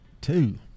Two